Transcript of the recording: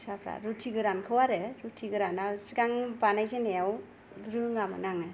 फिसाफ्रा रुथि गोरानखौ आरो रुथि गोराना सिगां बानायजेननाव रोङामोन आङो